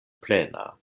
plena